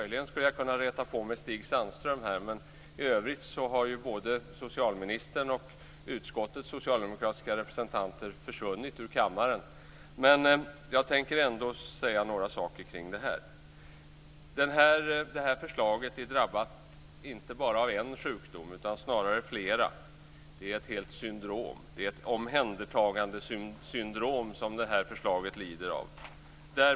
Jag skulle möjligen kunna reta på mig Stig Sandström, men både socialministern och utskottets socialdemokratiska representanter har ju försvunnit ur kammaren. Jag tänker ändå säga några saker kring detta. Förslaget har drabbats inte bara av en sjukdom, utan av flera. Det är ett helt syndrom. Det är ett omhändertagandesyndrom som det här förslaget lider av.